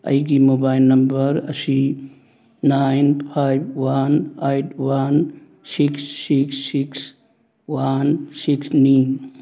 ꯑꯩꯒꯤ mobile number ꯑꯁꯤ nine five one eight one six six one ꯁꯤꯛꯁꯅꯤ